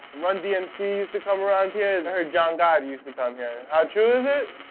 run-dmc used to come around here. i heard john gotti used to come here. how true is it?